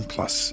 Plus